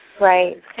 Right